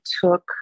took